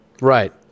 Right